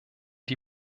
die